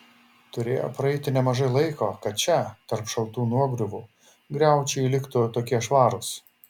turėjo praeiti nemažai laiko kad čia tarp šaltų nuogriuvų griaučiai liktų tokie švarūs